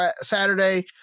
Saturday